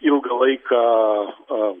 ilgą laiką